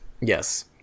Yes